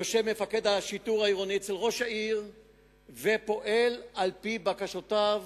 יושב מפקד השיטור העירוני אצל ראש העיר ופועל על-פי בקשותיו,